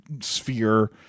sphere